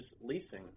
leasing